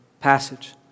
passage